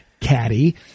caddy